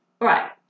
right